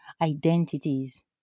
identities